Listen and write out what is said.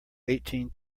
eighteen